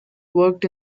worked